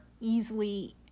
easily